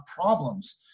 problems